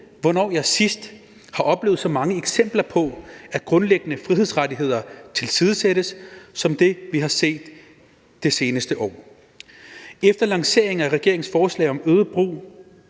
hvornår jeg sidst har oplevet så mange eksempler på, at grundlæggende frihedsrettigheder tilsidesættes, som det vi har set det seneste år.« Efter lanceringen af regeringens forslag om at øge brugen